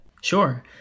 Sure